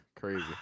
Crazy